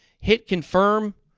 hit confirm.